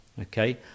okay